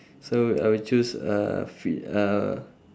so I will choose uh free uh